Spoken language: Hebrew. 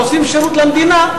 ועושים שירות למדינה,